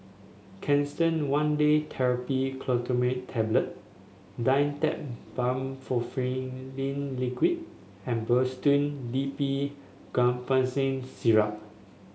Canesten one Day Therapy Tablet Dimetapp Brompheniramine Liquid and Robitussin D B Guaiphenesin Syrup